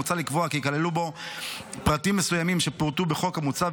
מוצע לקבוע כי ייכללו בו פרטים מסוימים שפורטו בחוק המוצע,